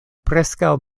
preskaŭ